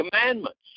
Commandments